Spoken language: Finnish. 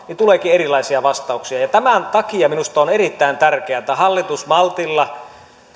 niin tuleekin erilaisia vastauksia tämän takia minusta on erittäin tärkeätä että hallitus maltilla